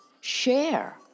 share